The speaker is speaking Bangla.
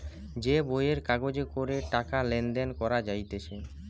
যে বইয়ের কাগজে করে টাকা লেনদেন করা যাইতেছে